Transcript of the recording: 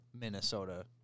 Minnesota